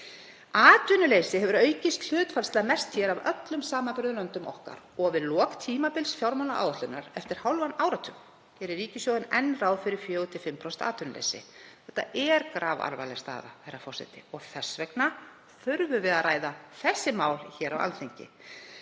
Atvinnuleysi hefur aukist hlutfallslega mest hér af öllum samanburðarlöndum okkar og við lok tímabils fjármálaáætlunar eftir hálfan áratug gerir ríkissjóður enn ráð fyrir 4–5% atvinnuleysi. Þetta er grafalvarleg staða, herra forseti, og þess vegna þurfum við að ræða þessi mál á Alþingi.